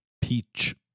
Peach